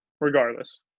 regardless